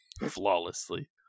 Flawlessly